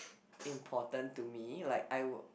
important to me like I would